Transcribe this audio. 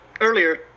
earlier